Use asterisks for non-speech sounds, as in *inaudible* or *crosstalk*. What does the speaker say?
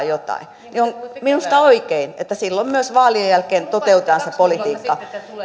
*unintelligible* jotain niin on minusta oikein että silloin myös vaalien jälkeen toteutetaan se